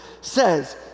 says